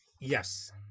Yes